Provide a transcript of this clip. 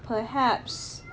perhaps